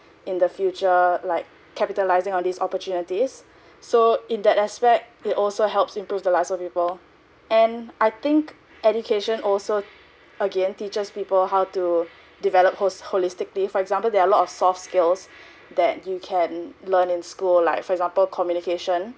in the future like capitalising on these opportunities so in that aspect it also helps improves the lives of people and I think education also again teaches people how to develop host holistically for example there are a lot of soft skills that you can learn in school like for example communication